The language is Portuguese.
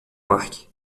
parque